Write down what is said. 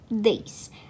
days